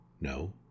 No